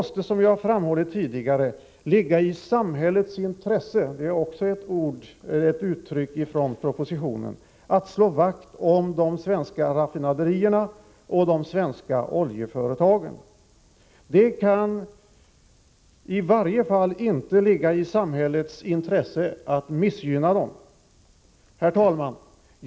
Som jag framhållit tidigare, måste det ligga i ”samhällets intresse” — det är också ett uttryck från propositionen — att slå vakt om de svenska raffinaderierna och de svenska oljeföretagen. Det kan i varje fall inte ligga i ”samhällets intresse” att missgynna dem. Herr talman!